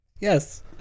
Yes